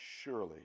Surely